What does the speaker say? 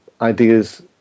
ideas